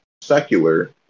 secular